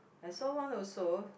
I saw one also